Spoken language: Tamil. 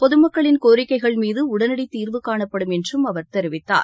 பொதுமக்களின் கோரிக்கைகள் மீது உடனடி தீர்வு காணப்படும் என்று அவர் தெரிவித்தார்